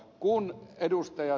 kun ed